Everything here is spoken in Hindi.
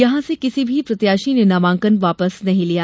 यहां से किसी भी प्रत्याशी ने नामांकन वापस नहीं लिया